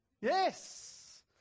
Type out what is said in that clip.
Yes